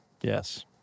Yes